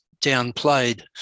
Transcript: downplayed